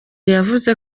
yavuze